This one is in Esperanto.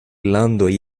landoj